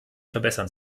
verbessern